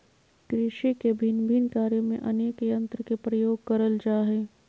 कृषि के भिन्न भिन्न कार्य में अनेक यंत्र के प्रयोग करल जा हई